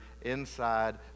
inside